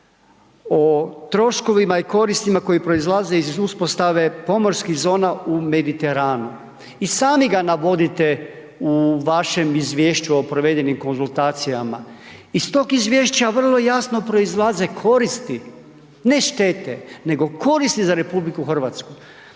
o troškovima i koristima koje proizlaze iz uspostave pomorskih zona u Mediteranu i sami ga navodite u vašem izvješću o provedenim konzultacijama. Iz tog izvješća vrlo jasno proizlaze koristi, ne štete, nego koristi za RH. Na str.